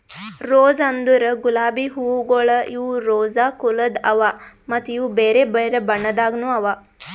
rose ಅಂದುರ್ ಗುಲಾಬಿ ಹೂವುಗೊಳ್ ಇವು ರೋಸಾ ಕುಲದ್ ಅವಾ ಮತ್ತ ಇವು ಬೇರೆ ಬೇರೆ ಬಣ್ಣದಾಗನು ಅವಾ